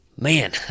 Man